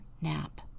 nap